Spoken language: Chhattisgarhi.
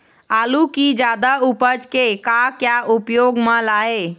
आलू कि जादा उपज के का क्या उपयोग म लाए?